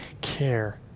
care